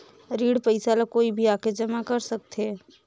ऋण पईसा ला कोई भी आके जमा कर सकथे?